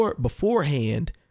Beforehand